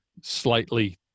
slightly